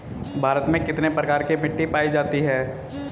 भारत में कितने प्रकार की मिट्टी पाई जाती हैं?